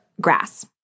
grass